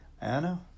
Anna